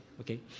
okay